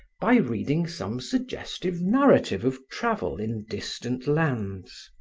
by reading some suggestive narrative of travel in distant lands.